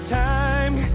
time